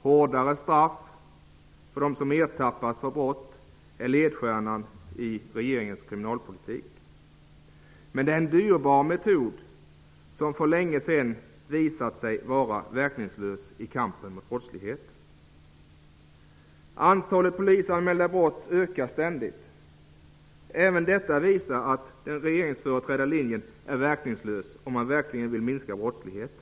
Hårdare straff för dem som ertappas med att begå brott är ledstjärnan i regeringens kriminalpolitik. Det är en dyrbar metod som för länge sedan visat sig vara verkningslös i kampen mot brottsligheten. Antalet polisanmälda brott ökar ständigt. Även detta visar att regeringens linje är verkningslös om man verkligen vill minska brottsligheten.